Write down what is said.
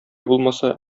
булмаса